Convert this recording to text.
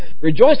Rejoice